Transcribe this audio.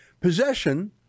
Possession